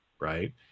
right